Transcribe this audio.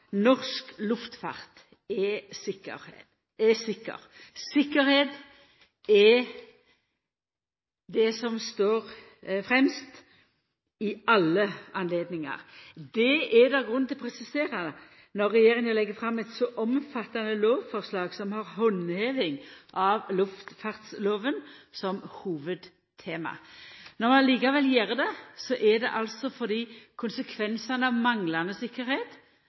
norsk luftfart er trygg. Tryggleiken er det som står fremst i alle anledningar. Det er grunn til å presisera at når regjeringa legg fram eit så omfattande lovforslag, er handheving av luftfartslova hovudtema. Når vi likevel gjer det, er det fordi konsekvensane av manglande